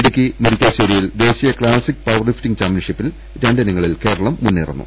ഇടുക്കി മുരിക്കാശേരിയിൽ ദേശീയ classic powerlifting ചാമ്പ്യൻഷിപ്പിൽ രണ്ടിനങ്ങളിൽ കേരളം മുന്നേ റുന്നു